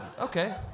Okay